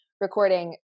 recording